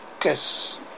Guess